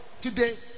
Today